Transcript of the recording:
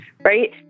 right